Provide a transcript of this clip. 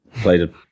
played